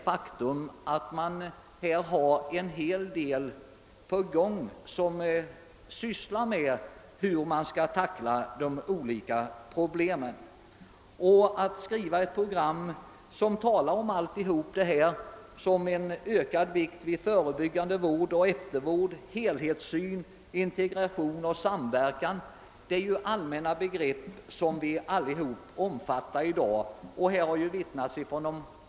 Utskottsmajoriteten anser att frågan om hur man skall tackla de olika problemen redan är föremål för utredning. Angelägenheten av förebyggande vård, eftervård, helhetssyn, integration och samverkan är vi alla eniga om.